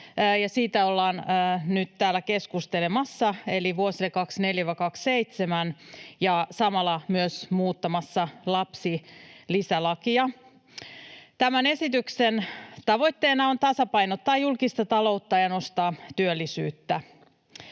niistä ollaan nyt täällä keskustelemassa — vuosille 24—27 ja samalla myös muuttamassa lapsilisälakia. Tämän esityksen tavoitteena on tasapainottaa julkista taloutta ja nostaa työllisyyttä.